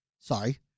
sorry